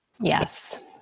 Yes